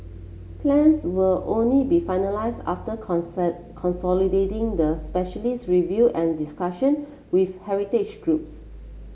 plans will only be finalised after consolidating the specialist review and discussion with heritage groups